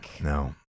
no